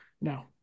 No